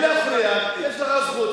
תודה רבה.